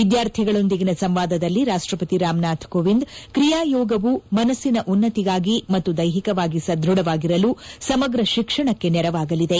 ವಿದ್ಯಾರ್ಥಿಗಳೊಂದಿಗಿನ ಸಂವಾದಲ್ಲಿ ರಾಷ್ಟ ಪತಿ ರಾಮನಾಥ್ ಕೋವಿಂದ್ ಕ್ರಿಯಾ ಯೋಗವು ಮನಸ್ಸಿನ ಉನ್ನತಿಗಾಗಿ ಮತ್ತು ದೈಹಿಕವಾಗಿ ಸದ್ವಢವಾಗಿರಲು ಸಮಗ್ರ ಶಿಕ್ಷಣಕ್ಕೆ ನೆರವಾಗಲಿದೆ